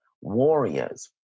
Warriors